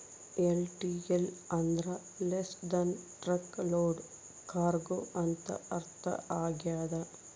LTL ಅಂದ್ರ less than truck load cargo ಅಂತ ಅರ್ಥ ಆಗ್ಯದ